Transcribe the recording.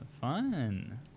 fun